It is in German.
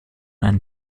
einen